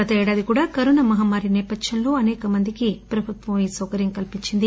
గత ఏడాది కూడా కరోనా మహమ్మారి నేపథ్యంలో అనేక మంది ప్రజలకు ప్రభుత్వం ఈ సౌకర్యం కల్పించింది